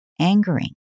angering